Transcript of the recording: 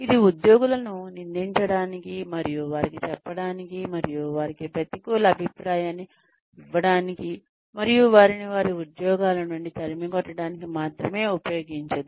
ఇది ఉద్యోగులను నిందించడానికి మరియు వారికి చెప్పడానికి మరియు వారికి ప్రతికూల అభిప్రాయాన్ని ఇవ్వడానికి మరియు వారిని వారి ఉద్యోగాల నుండి తరిమికొట్టడానికి మాత్రమే ఉపయోగించదు